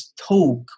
talk